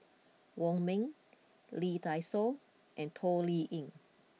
Wong Ming Lee Dai Soh and Toh Liying